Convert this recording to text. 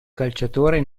calciatore